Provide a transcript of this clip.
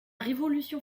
révolution